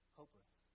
hopeless